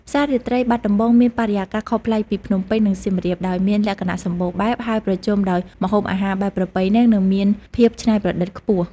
ផ្សាររាត្រីបាត់ដំបងមានបរិយាកាសខុសប្លែកពីភ្នំពេញ និងសៀមរាប ដោយមានលក្ខណៈសម្បូរបែប ហើយប្រជុំដោយម្ហូបអាហារបែបប្រពៃណី និងមានភាពច្នៃប្រឌិតខ្ពស់។